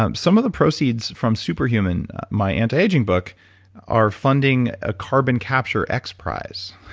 um some of the proceeds from superhuman, my anti-aging book are funding a carbon capture enterprise.